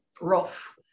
rough